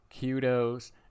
kudos